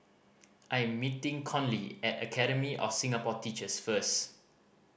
I am meeting Conley at Academy of Singapore Teachers first